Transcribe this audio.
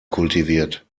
kultiviert